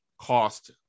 cost